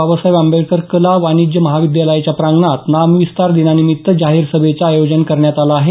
बाबासाहेब आंबेडकर कला आणि वाणिज्य महाविद्यालयाच्या प्रांगणात नामविस्तार दिनानिमित्त जाहीर सभेचं आयोजन करण्यात आलं आहे